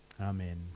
Amen